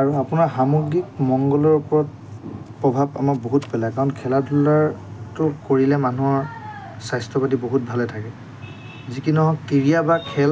আৰু আপোনাৰ সামগ্ৰিক মংগলৰ ওপৰত প্ৰভাৱ আমাৰ বহুত পেলায় কাৰণ খেলা ধূলাটো কৰিলে মানুহৰ স্বাস্থ্য পাতি বহুত ভালে থাকে যি কি নহওক ক্ৰীড়া বা খেল